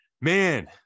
Man